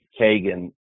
Kagan